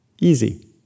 Easy